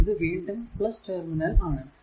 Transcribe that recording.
ഇത് വീണ്ടും ടെർമിനൽ ആണ്